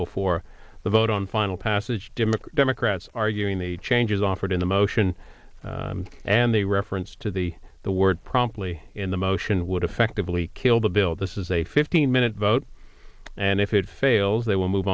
before the vote on final passage dimmock democrats arguing the changes offered in a motion and a reference to the the word promptly in the motion would effectively kill the bill this is a fifteen minute vote and if it fails they will move